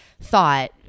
thought